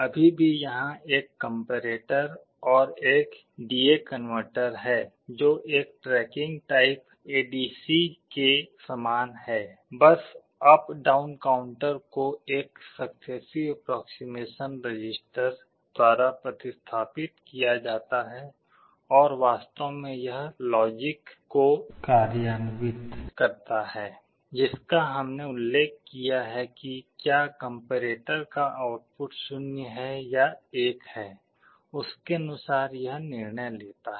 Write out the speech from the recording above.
अभी भी यहाँ एक कम्पेरेटर और एक डी ए कनवर्टर है जो एक ट्रैकिंग टाइप एडीसी के समान है बस अप डाउन काउंटर को एक सक्सेसिव अप्प्रोक्सिमशन रजिस्टर द्वारा प्रतिस्थापित किया जाता है और वास्तव में यह लॉजिक को कार्यान्वित करता है जिसका हमने उल्लेख किया है कि क्या कम्पेरेटर का आउटपुट 0 है या 1 है उसके अनुसार यह निर्णय लेता है